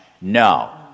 No